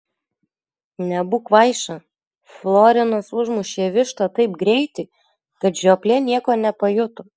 nebūk kvaiša florinas užmušė vištą taip greitai kad žioplė nieko nepajuto